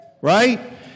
Right